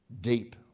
deep